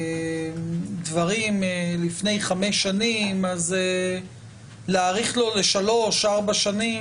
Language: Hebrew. את הדברים לפני חמש שנים אז להאריך לו לשלוש-ארבע שנים,